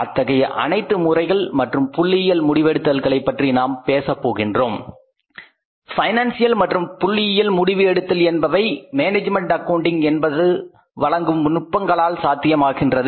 அத்தகைய அனைத்து முறைகள் மற்றும் புள்ளியியல் முடிவெடுத்தல்களைப் பற்றி நாம் பேசுகின்றோமென்றால் பைனான்சியல் மற்றும் புள்ளியியல் முடிவு எடுத்தல் என்பவை மேனேஜ்மென்ட் அக்கவுண்டிங் என்பது வழங்கும் நுட்பங்களால் சாத்தியமாகின்றது